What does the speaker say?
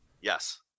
Yes